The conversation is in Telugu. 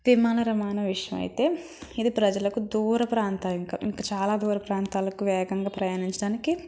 విమాన రవాణా విషయమైతే ఇది ప్రజలకు దూరప్రాంతవింక ఇంక చాలా దూరప్రాంతాలకు వేగంగా ప్రయాణించటానికి